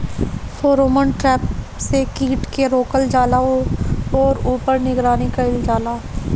Pheromone trap से कीट के रोकल जाला और ऊपर निगरानी कइल जाला?